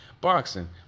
boxing